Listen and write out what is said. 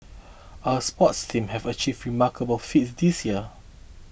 our sports teams have achieved remarkable feats this year